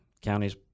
counties